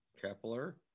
Kepler